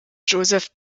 joseph